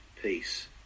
peace